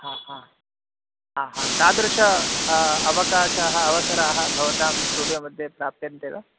हा हा हा हा तादृशः अवकाशः अवसराः भवतां स्टुडियो मध्ये प्राप्यन्ते वा